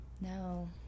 No